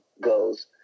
goes